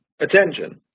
attention